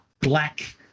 black